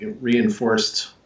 reinforced